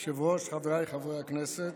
היושב-ראש, חבריי חברי הכנסת,